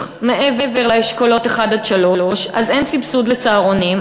מעבר לאשכולות 1 3. אז אין סבסוד לצהרונים.